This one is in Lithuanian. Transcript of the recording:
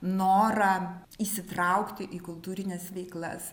norą įsitraukti į kultūrines veiklas